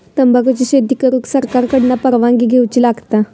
तंबाखुची शेती करुक सरकार कडना परवानगी घेवची लागता